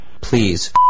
Please